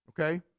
Okay